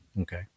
Okay